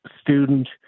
student